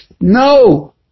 No